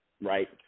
right